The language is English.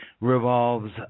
revolves